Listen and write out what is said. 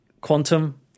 Quantum